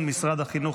משרד החינוך),